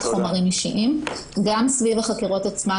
חומרים אישיים גם סביב החקירות עצמן.